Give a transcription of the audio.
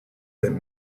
that